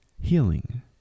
healing